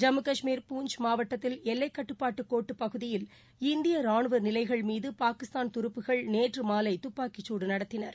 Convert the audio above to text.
ஜம்மு கஷ்மீர் பூஞ்ச் மாவட்டத்தில் எல்லைகட்டுபாட்டு கோட்டு பகுதியில் இந்திய ரானுவ நிலைகள் மீது பாகிஸ்தான் துருப்புகள் நேற்று மாலை துப்பாக்கி சூடு நடத்தினர்